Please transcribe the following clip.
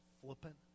flippant